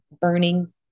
burning